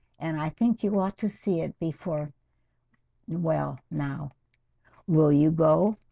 and i think you ought to see it before well now will you go?